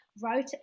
wrote